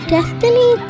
Destiny